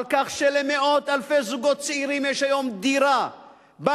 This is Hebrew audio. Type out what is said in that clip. על כך שלמאות-אלפי זוגות צעירים יש היום דירה שבה